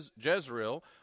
Jezreel